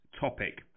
topic